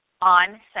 on